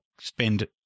spend